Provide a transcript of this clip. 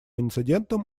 инцидентам